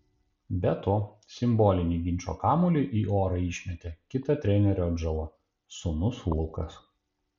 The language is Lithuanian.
be to simbolinį ginčo kamuolį į orą išmetė kita trenerio atžala sūnus lukas